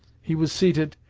he was seated,